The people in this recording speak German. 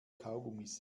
kaugummis